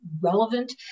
relevant